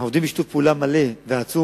אנחנו עובדים בשיתוף פעולה מלא ועצום